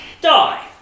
Die